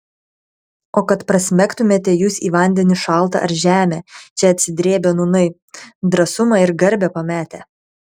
o kad prasmegtumėte jūs į vandenį šaltą ar žemę čia atsidrėbę nūnai drąsumą ir garbę pametę